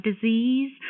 disease